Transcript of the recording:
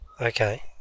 Okay